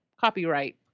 copyright